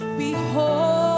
Behold